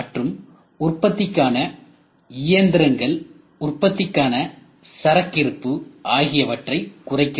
மற்றும் உற்பத்திக்கான இயந்திரங்கள் உற்பத்திக்கான சரக்கிருப்பு ஆகியவற்றை குறைக்கிறது